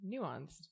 nuanced